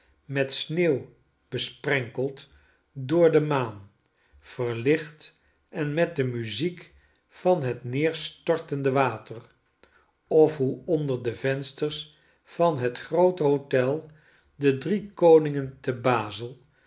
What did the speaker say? met sneeuw besprenkeld door de maan verlicht en met de muziek van het neerstortende water of hoe onder de vensters van het groote hotel de drie koningen te bazel